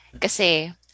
Kasi